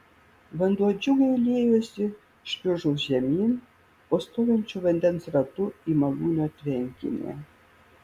vanduo džiugiai liejosi šliuzu žemyn po stovinčiu vandens ratu į malūno tvenkinį